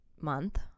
month